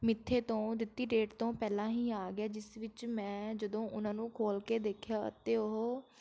ਮਿੱਥੇ ਤੋਂ ਦਿੱਤੀ ਡੇਟ ਤੋਂ ਪਹਿਲਾਂ ਹੀ ਆ ਗਿਆ ਜਿਸ ਵਿੱਚ ਮੈਂ ਜਦੋਂ ਉਹਨਾਂ ਨੂੰ ਖੋਲ ਕੇ ਦੇਖਿਆ ਅਤੇ ਉਹ